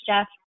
Jeff